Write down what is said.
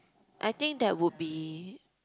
I think that would be